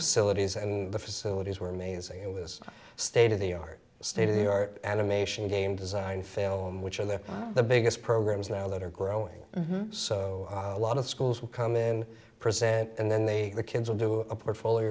facilities and the facilities were amazing in this state of the art state of the art animation game design fail and which are there the biggest programs now that are growing so a lot of schools will come in present and then they the kids will do a portfolio